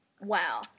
wow